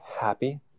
happy